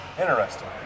Interesting